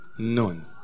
Nun